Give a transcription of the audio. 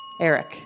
Eric